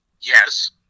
yes